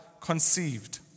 conceived